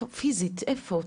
פיזית, איפה?